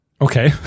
Okay